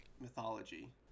mythology